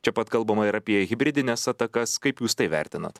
čia pat kalbama ir apie hibridines atakas kaip jūs tai vertinat